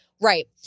Right